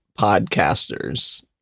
podcasters